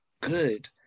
good